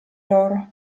loro